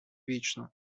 вічно